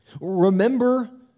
Remember